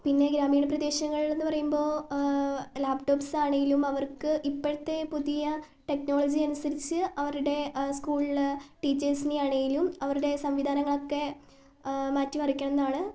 പിന്നെ ഗ്രാമീണ പ്രദേശങ്ങൾ എന്നു പറയുമ്പോൾ ലാപ്ടോപ്സ് ആണെങ്കിലും അവർക്ക് ഇപ്പോഴത്തെ പുതിയ ടെക്നോളജി അനുസരിച്ച് അവരുടെ സ്കൂളിൽ ടീച്ചേഴ്സിനെ ആണെങ്കിലും അവരുടെ സംവിധാനങ്ങളൊക്കെ മാറ്റിമറിക്കണം എന്നാണ്